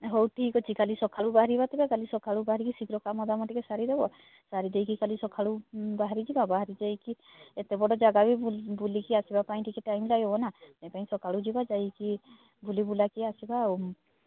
ହଉ ଠିକ୍ ଅଛି କାଲି ସକାଳୁ ବାହାରିବା କାଲି ସକାଳୁ ବାହାରିକି ଶୀଘ୍ର କାମ ଦାମ ଟିକିଏ ସାରିଦେବ ସାରିଦେଇକି କାଲି ସକାଳୁ ବାହାରିଯିବା ବାହାରିଯାଇକି ଏତେ ବଡ଼ ଜାଗା ବି ବୁଲିକି ଆସିବା ପାଇଁ ଟିକିଏ ଟାଇମ୍ ଲାଗିବ ନା ସେଇଥିପାଇଁ ସକାଳୁ ଯିବା ସକାଳୁ ଯାଇକି ବୁଲିବୁଲାକି ଆସିବା